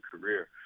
career